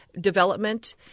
development